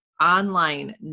online